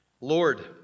Lord